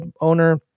owner